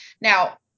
Now